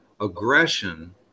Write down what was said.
Aggression